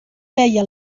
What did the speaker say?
feia